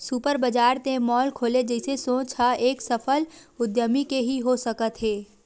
super बजार ते mall खोले जइसे सोच ह एक सफल उद्यमी के ही हो सकत हे